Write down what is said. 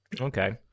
Okay